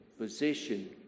position